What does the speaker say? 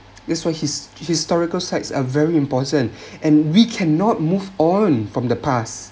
that's why his~ historical sites are very important and we cannot move on from the past